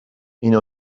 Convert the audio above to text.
این